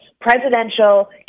presidential